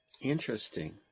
Interesting